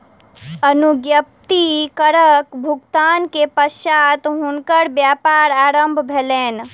अनुज्ञप्ति करक भुगतान के पश्चात हुनकर व्यापार आरम्भ भेलैन